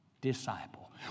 disciple